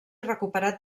recuperat